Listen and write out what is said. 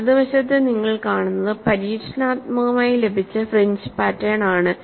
വലതുവശത്ത് നിങ്ങൾ കാണുന്നത് പരീക്ഷണാത്മകമായി ലഭിച്ച ഫ്രിഞ്ച് പാറ്റേൺ ആണ്